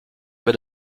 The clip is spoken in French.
vais